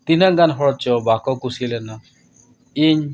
ᱛᱤᱱᱟᱹᱜ ᱜᱟᱱ ᱦᱚᱲ ᱪᱚ ᱵᱟᱠᱚ ᱠᱩᱥᱤ ᱞᱮᱱᱟ ᱤᱧ